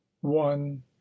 one